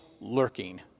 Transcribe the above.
lurking